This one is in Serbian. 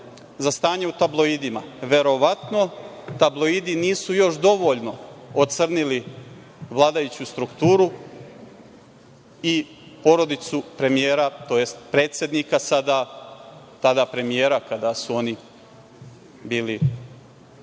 za stanje u tabloidima. Verovatno tabloidi nisu još dovoljno ocrnili vladajuću strukturu i porodicu predsednika sada, tada premijera kada su oni bili